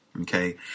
okay